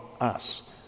us